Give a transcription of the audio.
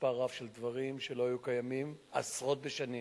מספר רב של דברים שלא היו קיימים עשרות בשנים.